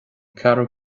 ceathrú